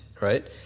right